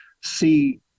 see